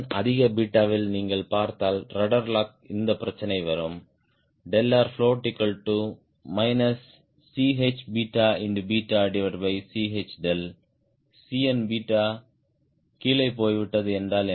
அதிக பீட்டாவில் நீங்கள் பார்த்தால்ரட்ட்ர் லாக் இந்த பிரச்சினை வரும் float ChCh Cn கீழே போய்விட்டது என்றால் என்ன